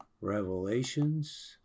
Revelations